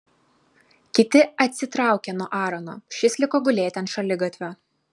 kiti atsitraukė nuo aarono šis liko gulėti ant šaligatvio